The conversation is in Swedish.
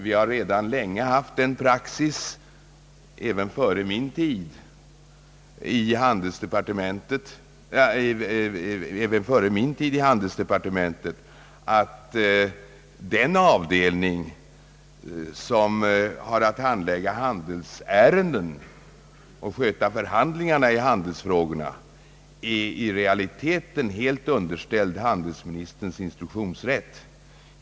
Vi har redan länge haft som praxis — även före min tid i handelsdepartementet — ati den avdelning inom utrikesdepartementet som har att handlägga handelsärenden och sköta förhandlingarna i handelsfrågorna i realiteten är helt underställd handelsministerns instruktionsrätt.